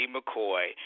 McCoy